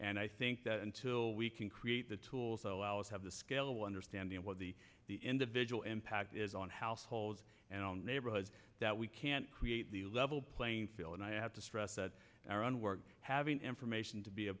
and i think that until we can create the tools that allow us have the scale understanding of what the individual impact is on households and on neighborhoods that we can't create the level playing field and i have to stress that our own work having information to be a